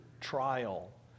trial